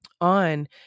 on